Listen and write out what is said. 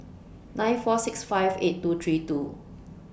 nine four six five eight two three two